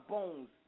Bones